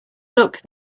luck